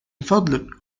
فضلك